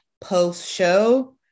post-show